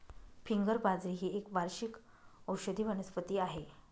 finger बाजरी ही एक वार्षिक औषधी वनस्पती आहे